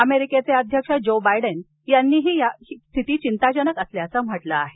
अमेरिकेचे राष्ट्राध्यक्ष Joe Biden यांनीही हि स्थिती चिंताजनक असल्याचं म्हटल आहे